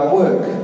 work